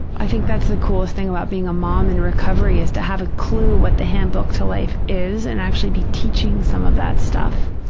i think that's the coolest thing about being a mom in recovery, is to have a clue what the handbook to life is and actually be teaching some of that stuff.